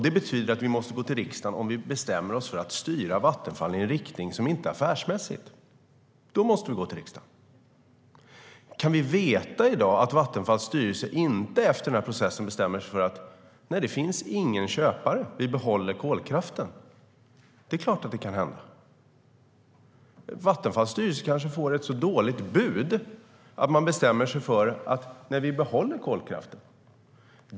Det betyder att vi måste gå till riksdagen om vi bestämmer oss för att styra Vattenfall i en riktning som inte är affärsmässig. Kan vi i dag veta att Vattenfalls styrelse inte efter den processen bestämmer sig för: Det finns ingen köpare, vi behåller kolkraften? Det är klart att det kan hända. Vattenfalls styrelse kanske får ett så dåligt bud att den bestämmer sig för: Vi behåller kolkraften.